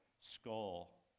skull